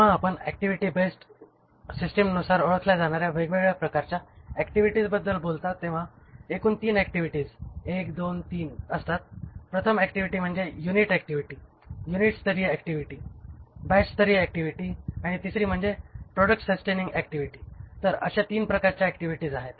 जेव्हा आपण activity based सिस्टिमनूसार ओळखल्या जाणार्या वेगवेगळ्या प्रकारच्या ऍक्टिव्हिटीजबद्दल बोलता तेव्हा एकूण 3 ऍक्टिव्हिटीज 1 2 आणि 3 असतात प्रथम ऍक्टिव्हिटी म्हणजे युनिट ऍक्टिव्हिटी युनिट स्तरीय ऍक्टिव्हिटी बॅच स्तरीय ऍक्टिव्हिटी आणि तिसरी म्हणजे प्रॉडक्ट सस्टेनिंग ऍक्टिव्हिटी तर अशा 3 प्रकारच्या ऍक्टिव्हिटीज आहेत